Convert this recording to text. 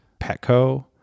Petco